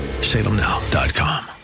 salemnow.com